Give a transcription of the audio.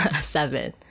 seven